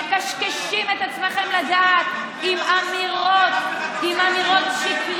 מקשקשים את עצמכם לדעת עם אמירות שקריות.